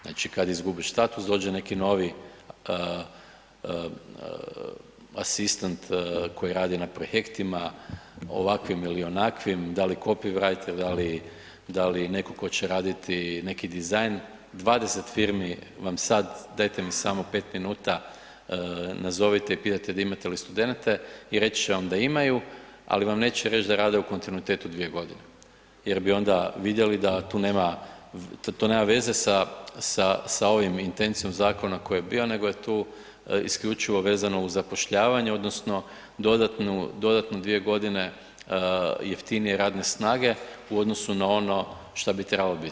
Znači kad izgubiš status, dođe neki novi asistent koji radi na projektima, ovakvim ili onakvim, da li copywriter, da li netko tko će raditi neki dizajn, 20 firmi vam sad, dajte mi samo 5 minuta, nazovite i pitajte imate li studente i reći će vam da imaju, ali vam neće reći da rade u kontinuitetu 2 godine jer bi onda vidjeli da tu nema, to nema veze sa ovom intencijom zakona koji je bio nego je tu isključivo vezano uz zapošljavanje odnosno dodatnu dvije godine jeftinije radne snage u odnosu na ono što bi trebalo biti.